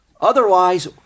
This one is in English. Otherwise